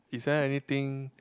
is there anything